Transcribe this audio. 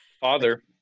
father